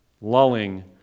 Lulling